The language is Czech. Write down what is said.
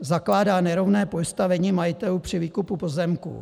Zakládá nerovné postavení majitelů při výkupu pozemků.